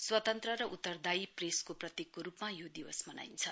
स्वतन्त्र र उत्तरदायी प्रेसको प्रतीकको रूपमा यो दिवस मनाइन्छ